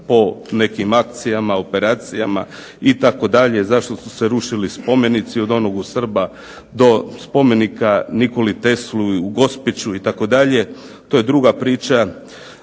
po nekim akcijama, operacijama, zašto su se rušili spomenici od onog u Srba, do spomenika Nikoli Tesli u Gospiću itd., to je druga priča,